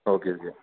okay okay